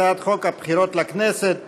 הצעת חוק הבחירות לכנסת (תיקון,